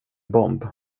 bomb